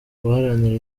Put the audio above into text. guharanira